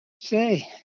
Say